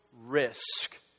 risk